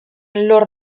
lor